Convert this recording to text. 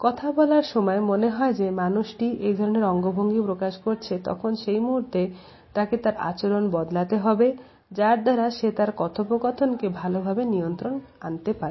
কথা বলার সময় যদি মনে হয় যে মানুষটি এই ধরনের অঙ্গভঙ্গি প্রদর্শন করছে তখনই সেই মুহূর্তে তাকে তারাচরণ বদলাতে হবে যার দ্বারা সে তার কথোপকথনকে ভালোভাবে নিয়ন্ত্রণে আনতে পারবে